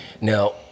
now